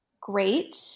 great